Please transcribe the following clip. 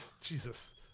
Jesus